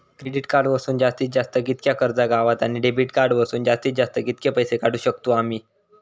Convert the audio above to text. Credit card वरसून जास्तीत जास्त कितक्या कर्ज गावता, आणि डेबिट कार्ड वरसून जास्तीत जास्त कितके पैसे काढुक शकतू आम्ही?